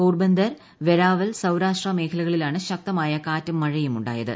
പോർബന്തർ വെരാവൽ സൌരാഷ്ട്ര മേഖലകളിലാണ് ശക്തമായ കാറ്റും മഴയും ഉണ്ടായത്